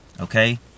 okay